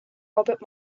robert